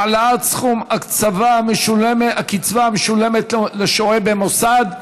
העלאת סכום הקצבה המשולמת לשוהה במוסד),